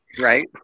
Right